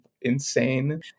insane